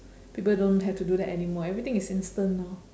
people don't have to do that anymore everything is instant now